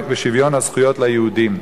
שוויון הזכויות ליהודים,